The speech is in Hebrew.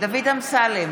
דוד אמסלם,